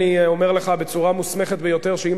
אני אומר לך בצורה מוסמכת ביותר שאם